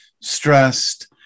stressed